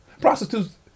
prostitutes